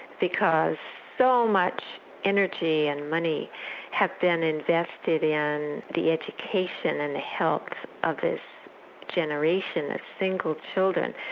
because so much energy and money has been invested in the education and the health of this generation of single children,